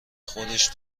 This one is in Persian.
خودش